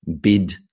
bid